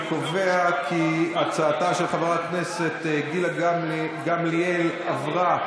אני קובע כי הצעתה של חברת הכנסת גילה גמליאל עברה